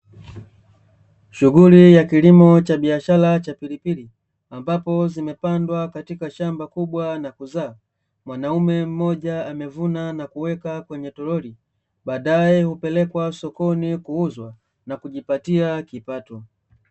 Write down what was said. Shughuli ya kilimo cha biashara cha pilipili, ambapo zimepandwa katika shamba kubwa na kuzaa mwanaume mmoja amevuna na kuweka kwenye toroli baadae hupelekwa sokoni kuuzwa na kujipatia kipato.